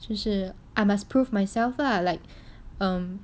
就是 I must prove myself lah like um